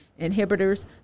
inhibitors